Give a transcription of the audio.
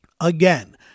Again